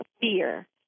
fear